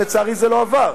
ולצערי זה לא עבר,